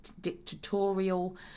dictatorial